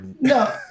no